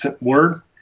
word